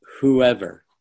whoever